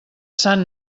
sant